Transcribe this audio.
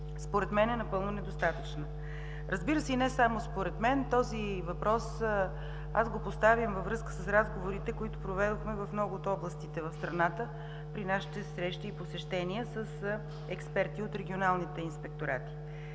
според мен е напълно недостатъчна. Разбира се, не само според мен. Този въпрос го поставям във връзка с разговорите, които проведохме в много от областите в страната при нашите срещи и посещения с експерти от регионалните инспекторати.